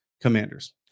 Commanders